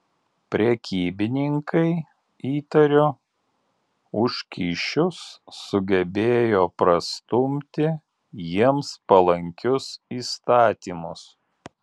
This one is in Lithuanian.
prekybininkai įtariu už kyšius sugebėjo prastumti jiems palankius įstatymus